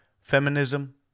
Feminism